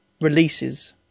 releases